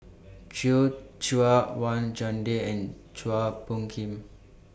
Joi Chua Wang Chunde and Chua Phung Kim